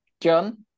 John